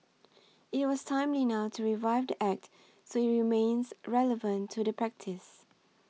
it was timely now to revise Act so it remains relevant to the practice